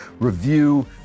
Review